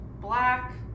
black